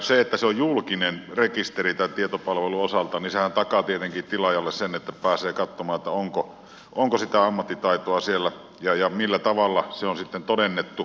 se että se on julkinen rekisteri tietopalvelun osalta takaa tietenkin tilaajalle sen että pääsee katsomaan onko sitä ammattitaitoa siellä ja millä tavalla se on sitten todennettu